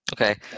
Okay